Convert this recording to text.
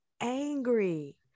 angry